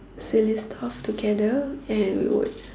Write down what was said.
silly stuff together and would